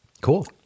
cool